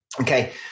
Okay